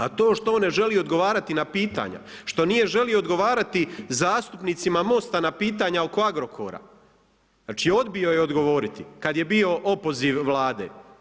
A to što on ne želi odgovarati na pitanja, što nije želio odgovarati zastupnicima Most-a na pitanja oko Agrokora, znači odbio je odgovoriti kada je bio opoziv Vlade.